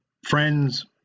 friends